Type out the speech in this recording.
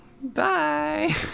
Bye